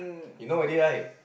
you know already right